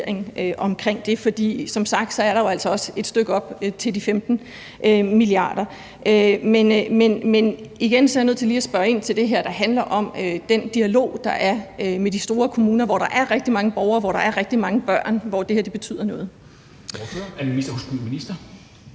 omkring det, for der er som sagt også et stykke op til de 15 mia. kr. Men igen er jeg lige nødt til at spørge ind til det her, der handler om den dialog, der er med de store kommuner, hvor der er rigtig mange borgere, hvor der er rigtig mange børn, og hvor det her betyder noget.